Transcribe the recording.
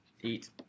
eat